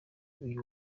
uyu